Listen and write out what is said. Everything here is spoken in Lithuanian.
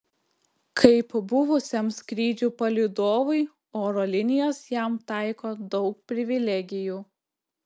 kaip buvusiam skrydžių palydovui oro linijos jam taiko daug privilegijų